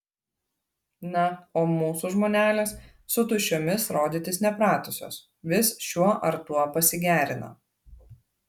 na o mūsų žmonelės su tuščiomis rodytis nepratusios vis šiuo ar tuo pasigerina